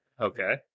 Okay